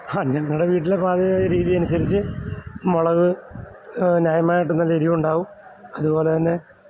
ഹാ ഞങ്ങളുടെ വീട്ടിലെ പാചക രീതിയനുസരിച്ച് മുളക് ന്യായമായിട്ടും നല്ല എരിവുണ്ടാവും അതുപോലെത്തന്നെ